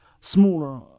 smaller